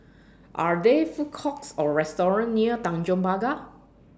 Are There Food Courts Or restaurants near Tanjong Pagar